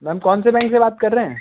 ma'am कौन से bank से बात कर रहे हैं